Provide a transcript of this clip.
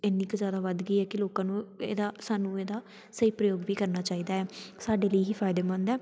ਇੰਨੀ ਕੁ ਜ਼ਿਆਦਾ ਵੱਧ ਗਈ ਹੈ ਕਿ ਲੋਕਾਂ ਨੂੰ ਇਹਦਾ ਸਾਨੂੰ ਇਹਦਾ ਸਹੀ ਪ੍ਰਯੋਗ ਵੀ ਕਰਨਾ ਚਾਹੀਦਾ ਹੈ ਸਾਡੇ ਲਈ ਹੀ ਫਾਇਦੇਮੰਦ ਹੈ